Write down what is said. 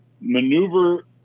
maneuver